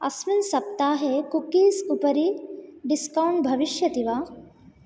अस्मिन् सप्ताहे कुकिस् उपरि डिस्कौण्ट् भविष्यति वा